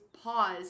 pause